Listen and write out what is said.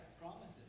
Promises